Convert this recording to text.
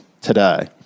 today